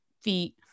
feet